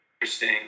interesting